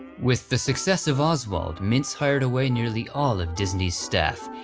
with the success of oswald, mintz hired away nearly all of disney's staff,